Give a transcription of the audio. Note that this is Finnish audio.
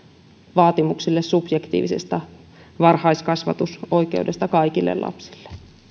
vaatimuksille subjektiivisesta varhaiskasvatusoikeudesta kaikille lapsille